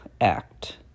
act